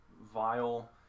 Vile